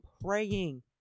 praying